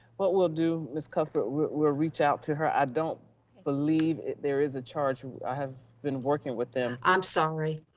what we'll do, ms. cuthbert we'll reach out to her. i don't believe there is a charge, i have been working with them. i'm sorry.